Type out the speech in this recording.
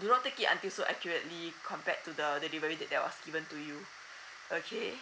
do not take it until so accurately compared to the delivery date that was given to you okay